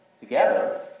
together